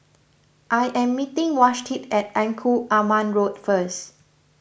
I am meeting Vashti at Engku Aman Road first